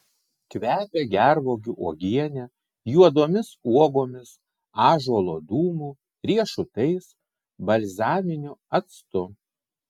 kvepia gervuogių uogiene juodomis uogomis ąžuolo dūmu riešutais balzaminiu actu